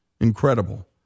incredible